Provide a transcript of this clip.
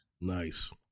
Nice